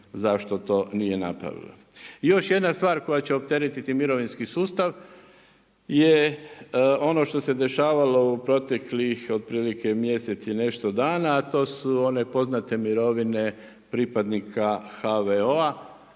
zašto to nije napravila. I još jedna stvar koja će opteretiti mirovinski sustav je ono što se dešavalo u proteklih otprilike mjesec i pol dana a to su one poznate mirovine pripadnika HVO-a.